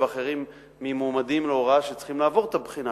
ואחרים ממועמדים להוראה שצריכים לעבור את הבחינה,